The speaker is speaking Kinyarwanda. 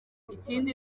ikindi